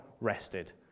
rested